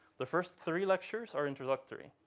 the first three lectures are introductory.